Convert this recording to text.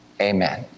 Amen